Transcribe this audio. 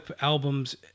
albums